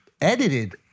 edited